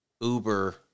uber